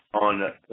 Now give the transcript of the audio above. on